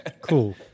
Cool